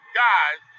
guys